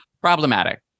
Problematic